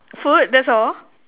food that's all